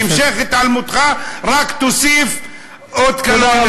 והמשך התעלמותך רק יוסיף עוד קלון לכאן.